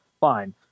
Fine